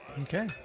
Okay